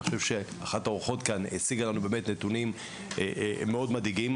אני חושב שאחת האורחות כאן הציגה לנו באמת נתונים מאוד מדאיגים.